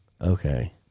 okay